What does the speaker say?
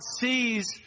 sees